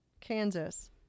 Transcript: Kansas